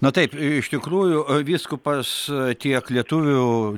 na taip iš tikrųjų vyskupas tiek lietuvių